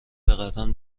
بقدم